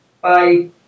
bye